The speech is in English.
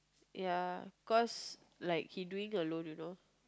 ya cause like he doing alone you know